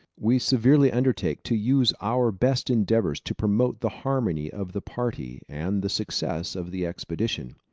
we severally undertake to use our best endeavours to promote the harmony of the party, and the success of the expedition.